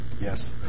Yes